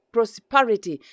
prosperity